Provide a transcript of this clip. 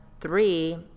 three